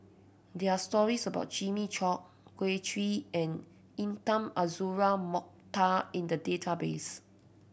there are stories about Jimmy Chok Kin Chui and Intan Azura Mokhtar in the database